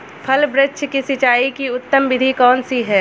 फल वृक्ष की सिंचाई की उत्तम विधि कौन सी है?